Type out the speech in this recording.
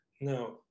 Now